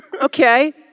Okay